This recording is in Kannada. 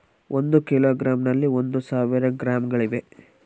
ಒಂದು ಕಿಲೋಗ್ರಾಂ ನಲ್ಲಿ ಒಂದು ಸಾವಿರ ಗ್ರಾಂಗಳಿವೆ